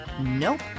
Nope